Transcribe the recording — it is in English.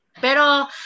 Pero